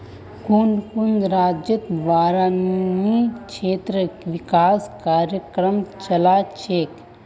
कुन कुन राज्यतत बारानी क्षेत्र विकास कार्यक्रम चला छेक